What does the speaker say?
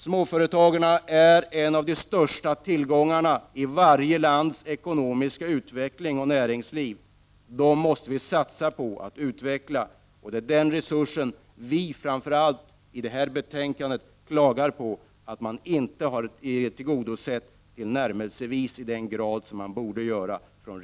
Småföretagarna är en av de största tillgångarna i varje lands näringsliv, och de har en mycket stor betydelse för den ekonomiska utvecklingen. Vi måste satsa på att utveckla småföretagen. Vad de borgerliga partierna klagar på i detta betänkande är att regeringen inte har sett om denna resurs tillnärmelsevis i den grad som borde ha skett.